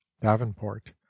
Davenport